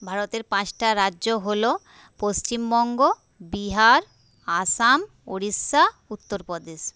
ভারতের পাঁচটা রাজ্য হলো পশ্চিমবঙ্গ বিহার আসাম উড়িষ্যা উত্তরপ্রদেশ